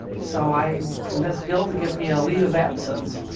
so i convinced bill to give me a leave of absence.